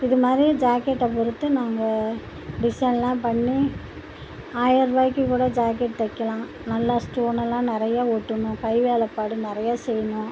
இது மாதிரி ஜாக்கெட்டை பொறுத்து நாங்கள் டிசைனெலாம் பண்ணி ஆயர்ருபாய்க்கு கூட ஜாக்கெட் தைக்கிலாம் நல்லா ஸ்டோனெல்லாம் நிறையா ஒட்டணும் கை வேலைப்பாடு நிறையா செய்யணும்